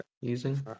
using